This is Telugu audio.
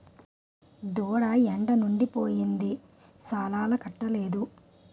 దూడ ఎండలుండి పోయింది సాలాలకట్టలేదు